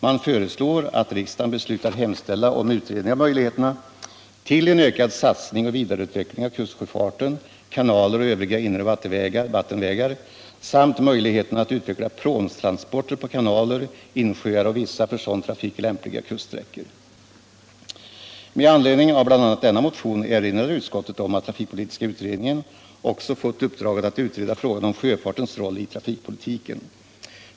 Vi föreslår att riksdagen Trafikpolitiken Trafikpolitiken Med anledning av bl.a. denna motion erinrar utskottet om att trafikpolitiska utredningen också fått uppdraget att utreda frågan om sjöfartens roll i trafikpolitiken.